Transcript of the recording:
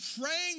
praying